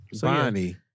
Bonnie